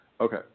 Okay